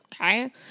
okay